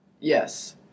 yes